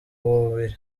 mubiri